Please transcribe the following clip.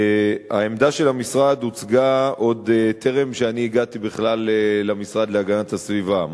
העמדה של המשרד הוצגה עוד בטרם הגעתי בכלל למשרד להגנת הסביבה,